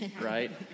right